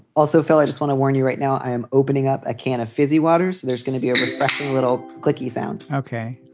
also, phil, i just want to warn you right now, i am opening up a can of fizzy waters. there's gonna be a refreshing little clicky sound. ok.